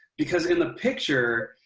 because in the picture,